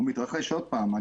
עוד פעם,